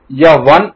यह 1 और 0 है